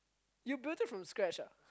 you built it from scratch ah